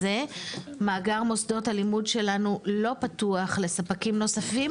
מאגר מוסדות הלימוד שלנו לא פתוח לספקים נוספים,